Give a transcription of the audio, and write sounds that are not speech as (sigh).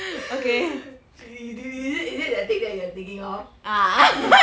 (breath) is it is it is it that thing that you are thinking of (laughs)